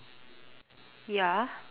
ya